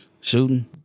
Shooting